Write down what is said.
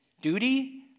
duty